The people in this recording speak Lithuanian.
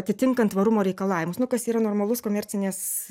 atitinkant tvarumo reikalavimus nu kas yra normalus komercinės